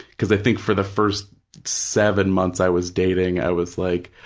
because i think for the first seven months i was dating, i was like,